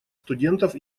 студентов